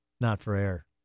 not-for-air